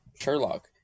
Sherlock